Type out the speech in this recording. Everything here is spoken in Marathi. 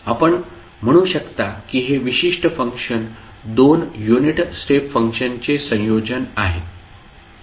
आपण असे म्हणू शकता की हे विशिष्ट फंक्शन दोन युनिट स्टेप फंक्शनचे संयोजन आहे कसे